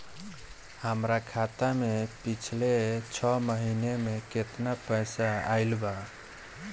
हमरा खाता मे पिछला छह महीना मे केतना पैसा आईल बा?